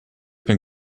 been